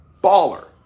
Baller